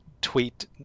tweet